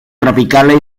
tropicales